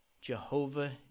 Jehovah